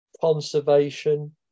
conservation